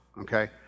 okay